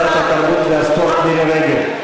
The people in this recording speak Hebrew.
חברת הכנסת ושרת התרבות והספורט מירי רגב,